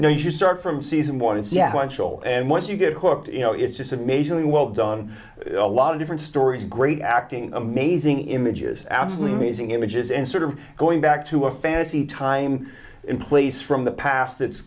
you know you start from season one and yeah and once you get hooked you know it's just amazingly well done a lot of different stories great acting amazing images absolutely amazing images and sort of going back to a fantasy time in place from the past it's